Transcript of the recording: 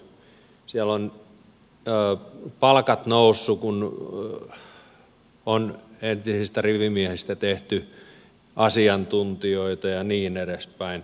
siellä ovat palkat nousseet kun on entisistä rivimiehistä tehty asiantuntijoita ja niin edespäin